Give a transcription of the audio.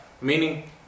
meaning